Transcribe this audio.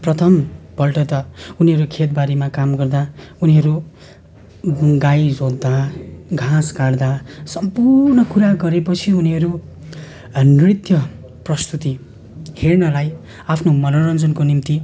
प्रथमपल्ट त उनीहरू खेतबारीमा काम गर्दा उनीहरू गाई जोत्दा घाँस काट्दा सम्पूर्ण कुरा गरेपछि उनीहरू नृत्य प्रस्तुति हेर्नलाई आफ्नो मनोरञ्जनको निम्ति